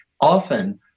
often